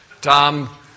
Tom